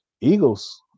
Eagles